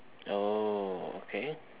oh okay